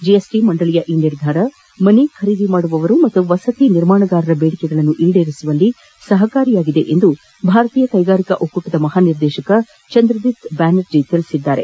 GST ಮಂಡಳಿಯ ಈ ನಿರ್ಧಾರ ಮನೆ ಖರೀದಿದಾರರು ಹಾಗೂ ವಸತಿ ನಿರ್ಮಾಣಗಾರರ ಬೇಡಿಕೆಗಳನ್ನು ಈಡೇರಿಸುವಲ್ಲಿ ಸಹಕಾರಿಯಾಗಿದೆ ಎಂದು ಭಾರತೀಯ ಕೈಗಾರಿಕಾ ಒಕ್ಕೂಟದ ಮಹಾ ನಿರ್ದೇಶಕ ಚಂದ್ರಜಿತ್ ಬ್ದಾನರ್ಜಿ ತಿಳಿಸಿದ್ದಾರೆ